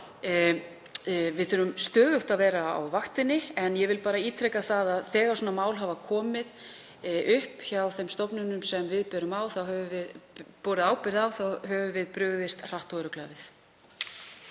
við þurfum stöðugt að vera á vaktinni. En ég vil bara ítreka það að þegar svona mál hafa komið upp hjá þeim stofnunum sem við berum ábyrgð á höfum við brugðist hratt og örugglega